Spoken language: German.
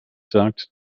sagt